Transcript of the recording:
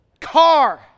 Car